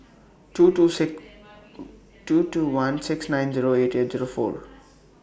two two six two two one six nine Zero eight eight Zero four